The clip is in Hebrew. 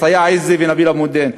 סיאח עזי ונביל אבו מדין,